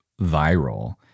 viral